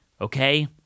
Okay